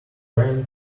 train